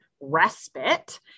respite